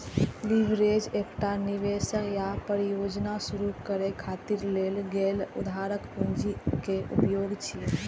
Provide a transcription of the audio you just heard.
leverage एकटा निवेश या परियोजना शुरू करै खातिर लेल गेल उधारक पूंजी के उपयोग छियै